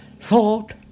Thought